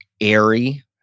airy